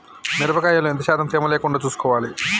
మిరప కాయల్లో ఎంత శాతం తేమ లేకుండా చూసుకోవాలి?